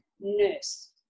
nurse